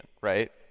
right